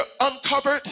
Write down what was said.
uncovered